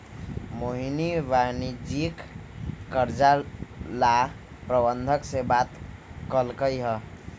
मोहिनी वाणिज्यिक कर्जा ला प्रबंधक से बात कलकई ह